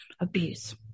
abuse